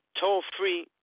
toll-free